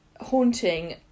haunting